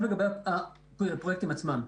לגבי הביצוע של הפרויקטים עצמם.